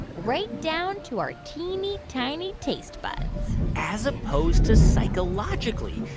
right down to our teeny-tiny taste buds as opposed to psychologically,